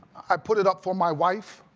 i put it up for my wife,